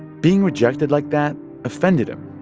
being rejected like that offended him,